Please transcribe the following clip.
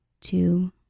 two